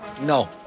No